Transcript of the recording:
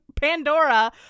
Pandora